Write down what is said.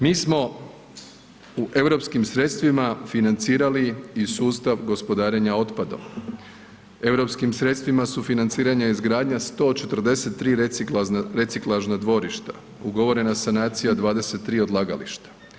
Mi smo u europskim sredstvima financirali i sustav gospodarenja otpadom. europskim sredstvima sufinancirana je izgradnja 143 reciklažna dvorišta, ugovorena sanacija 23 odlagališta.